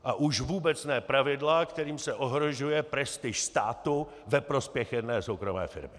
A už vůbec ne pravidla, kterými se ohrožuje prestiž státu ve prospěch jedné soukromé firmy.